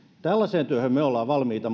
tällaiseen työhön me olemme valmiita